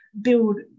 build